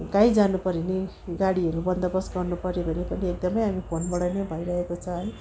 काहीँ जानुपर्यो भने गाडीहरू बन्दोबस्त गर्नपर्यो भने पनि एकदमै हामी फोनबाट नै भइरहेको छ